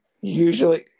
usually